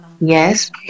Yes